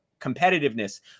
competitiveness